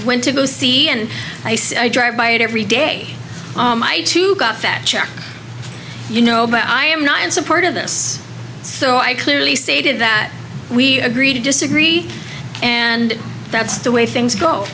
went to go see and i said i drive by it every day to got that check you know but i am not in support of this so i clearly stated that we agree to disagree and that's the way things go